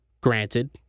granted